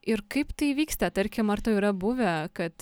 ir kaip tai įvyksta tarkim ar tau yra buvę kad